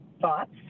thoughts